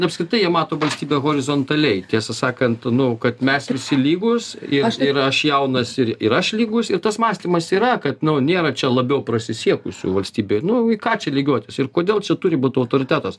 apskritai jie mato valstybę horizontaliai tiesą sakant nu kad mes visi lygus ir ir aš jaunas ir ir aš lygus ir tas mąstymas yra kad nu nėra čia labiau pasisiekusių valstybėj nu į ką čia lygiuotis ir kodėl čia turi būt autoritetas